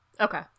Okay